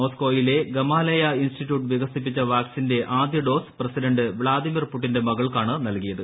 മോസ്കോയിലെ Gamaleya institute വികസിപ്പിച്ച വാക്സിന്റെ ആദ്യ ഡോസ് പ്രസിഡന്റ് വ്ളാഡിമിർ പുടിന്റെ മകൾക്കാണ് നൽകിയത്